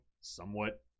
somewhat